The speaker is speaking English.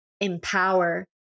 empower